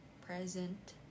present